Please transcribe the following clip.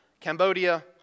Cambodia